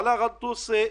דיברנו עם משרד האוצר,